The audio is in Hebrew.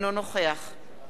אורלי לוי אבקסיס,